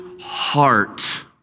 heart